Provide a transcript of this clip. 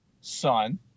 son